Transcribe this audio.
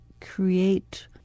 create